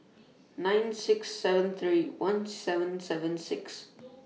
nine six seven three one seven seven six